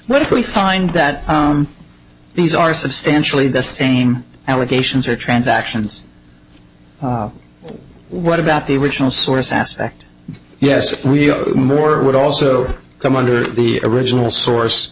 but if we find that these are substantially the same allegations or transactions what about the original source aspect yes we owe more would also come under the original source